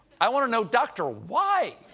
i wanna know dr. why?